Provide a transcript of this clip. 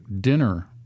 dinner